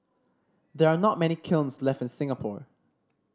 there are not many kilns left in Singapore